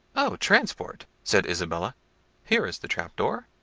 oh! transport! said isabella here is the trap-door!